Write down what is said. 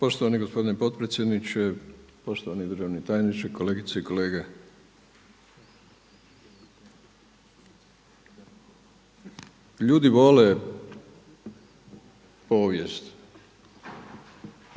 Poštovani gospodine potpredsjedniče, poštovani državni tajniče, kolegice i kolege. Ljudi vole povijest